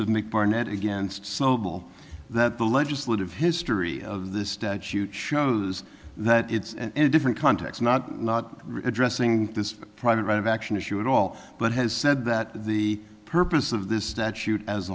of nick barnett against sobel that the legislative history of this statute shows that it's and a different context not not addressing this private right of action issue at all but has said that the purpose of this statute as